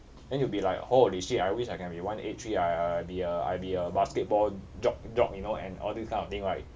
then you'll be like holy shit I wish I can be one eight three I I be a I be a basketball jock jock you know and all this kind of thing right